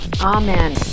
Amen